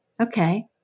Okay